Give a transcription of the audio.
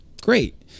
Great